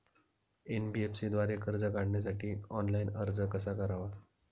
NBFC द्वारे कर्ज काढण्यासाठी ऑनलाइन अर्ज कसा करावा?